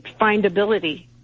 findability